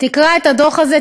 תקרא את הדוח הזה,